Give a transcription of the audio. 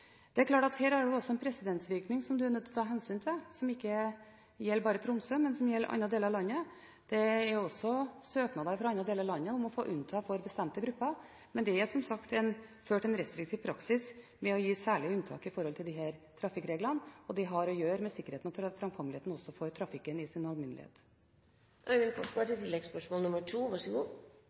Det er klart at her har en også en presedensvirkning som en er nødt til å ta hensyn til, som ikke gjelder bare i Tromsø, men som gjelder i andre deler av landet. Det er også søknader fra andre deler av landet om å få unntak for bestemte grupper, men det er som sagt ført en restriktiv praksis når det gjelder å gi særlige unntak fra disse trafikkreglene. Det har også å gjøre med sikkerheten og framkommeligheten for trafikken i sin